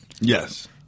Yes